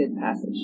passage